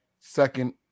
second